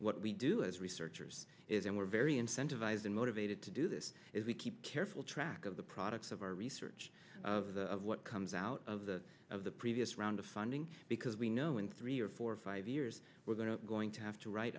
what we do as researchers is and we're very incentivized and motivated to do this if we keep careful track of the products of our research of what comes out of the of the previous round of funding because we know in three or four or five years we're going to going to have to write